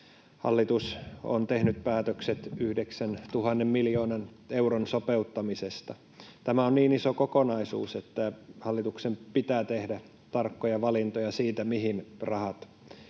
hallitus on tehnyt päätökset 9 000 miljoonan euron sopeuttamisesta. Tämä on niin iso kokonaisuus, että hallituksen pitää tehdä tarkkoja valintoja siitä, mihin rahat